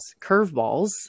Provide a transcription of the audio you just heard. curveballs